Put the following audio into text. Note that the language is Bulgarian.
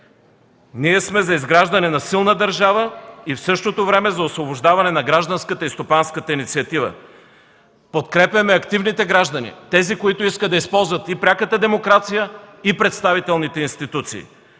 Ние сме за изграждане на силна държава и в същото време за освобождаване на гражданската и стопанската инициатива. Подкрепяме активните граждани – тези, които искат да използват пряката демокрация и представителните институции.